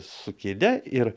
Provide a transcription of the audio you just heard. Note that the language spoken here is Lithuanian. su kėde ir